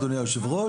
אדוני היושב ראש,